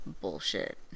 bullshit